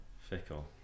Fickle